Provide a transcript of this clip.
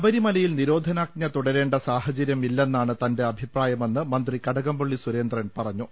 ശബരിമലയിൽ നിരോധനാജ്ഞ തുടരേണ്ട സാഹചര്യം ഇല്ലെന്നാണ് തന്റെ അഭിപ്രായമെന്ന് മന്ത്രി കടകംപള്ളി സുരേന്ദ്രൻ പറഞ്ഞു